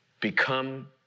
Become